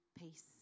peace